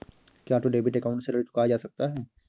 क्या auto debit account से ऋण चुकाया जा सकता है?